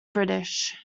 british